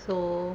so